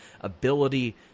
ability